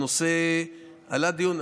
הנושא עלה לדיון,